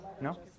No